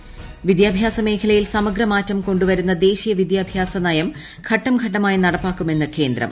ന് വിദ്യാഭ്യാസ മേഖലയിൽ ്സമ്ഗ്ര മാറ്റം കൊണ്ടുവരുന്ന ദേശീയ വിദ്യാഭ്യാസ നയം ഉല്പട്ടു ഘട്ടമായി നടപ്പാക്കുമെന്ന് കേന്ദ്രം